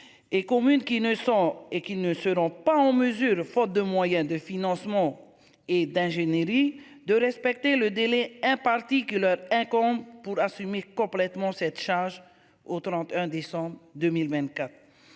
Et communes qui ne sont, et qui ne seront pas en mesure, faute de moyens de financement et d'ingénierie de respecter le délai imparti que leur incombe pour assumer complètement cette charge au 31 décembre 2024.